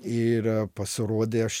ir pasirodė aš